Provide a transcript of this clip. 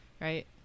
right